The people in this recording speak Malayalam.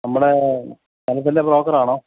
നമ്മുടെ സ്ഥലത്തിന്റെ ബ്രോക്കറാണോ